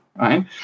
right